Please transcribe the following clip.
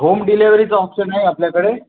home डिलेव्हरीचं option आहे आपल्याकडे